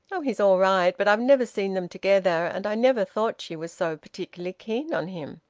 oh! he's all right. but i've never seen them together, and i never thought she was so particularly keen on him.